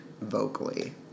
vocally